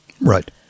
Right